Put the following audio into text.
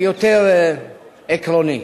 קצת הגינות,